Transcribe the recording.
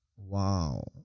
Wow